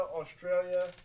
Australia